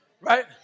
right